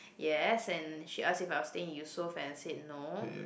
yes and she ask if I was staying at Yusof and I said no